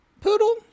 Poodle